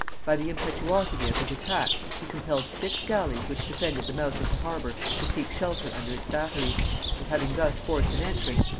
by the impetuosity of his attack, he compelled six galleys which defended the mouth of the harbour to seek shelter under its batteries and having thus forced an entrance,